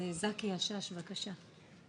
זכי השש, בבקשה.